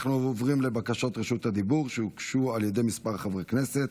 אנחנו עוברים לבקשות רשות דיבור שהוגשו על ידי כמה חברי כנסת.